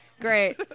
Great